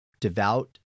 devout